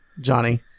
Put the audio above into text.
Johnny